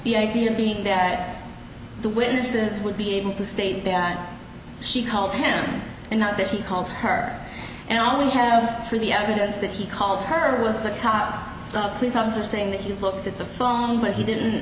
the idea being that the witnesses would be able to state that she called him and not that he called her and all we have for the evidence that he called her was the cop nazis officer saying that he looked at the phone but he didn't